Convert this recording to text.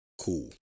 cool